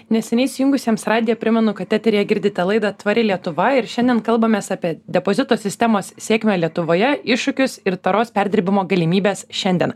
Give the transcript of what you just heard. neseniai įsijungusiems radiją primenu kad eteryje girdite laidą tvari lietuva ir šiandien kalbamės apie depozito sistemos sėkmę lietuvoje iššūkius ir taros perdirbimo galimybes šiandien